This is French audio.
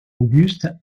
auguste